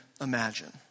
imagine